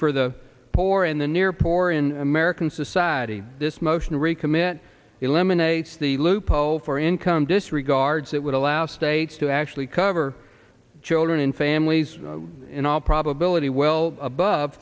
for the poor and the near poor in american society this motion to recommit eliminates the loophole for income disregards that would allow states to actually cover children and families in all probability well above